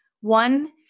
One